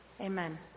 Amen